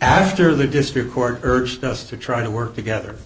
after the district court urged us to try to work together